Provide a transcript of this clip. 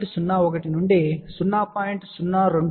01 నుండి 0